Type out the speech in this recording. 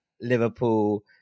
Liverpool